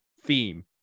theme